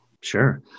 sure